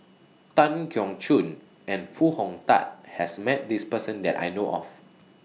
Tan Keong Choon and Foo Hong Tatt has Met This Person that I know of